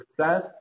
success